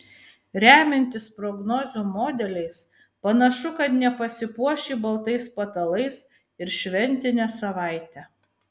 remiantis prognozių modeliais panašu kad nepasipuoš ji baltais patalais ir šventinę savaitę